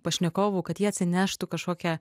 pašnekovų kad jie atsineštų kažkokią